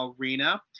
Arena